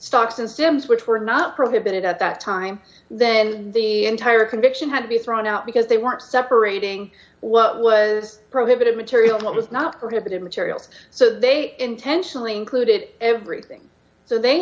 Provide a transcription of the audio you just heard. gems which were not prohibited at that time then the entire conviction had to be thrown out because they weren't separating what was prohibited material that was not prohibited materials so they intentionally included everything so they